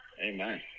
Amen